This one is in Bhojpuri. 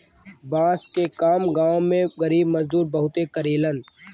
बांस के काम गांव में गरीब मजदूर बहुते करेलन